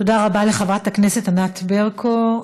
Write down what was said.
תודה רבה לחברת הכנסת ענת ברקו.